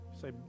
Say